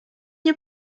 nie